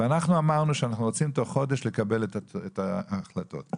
ואמרנו שאנחנו רוצים לקבל את ההחלטות תוך חודש.